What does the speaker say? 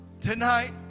tonight